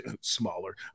smaller